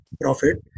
profit